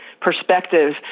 perspective